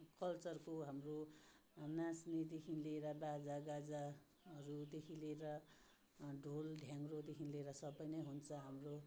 कल्चरको हाम्रो नाच्नेदेखि लिएर बाजागाजाहरूदेखि लिएर ढोल ढ्याङ्ग्रोदखि लिएर सबै नै हुन्छ हाम्रो